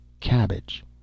Cabbage